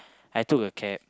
I took a cab